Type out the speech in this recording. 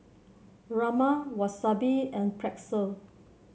Rajma Wasabi and Pretzel